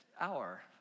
hour